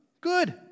Good